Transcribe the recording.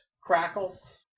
crackles